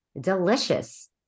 delicious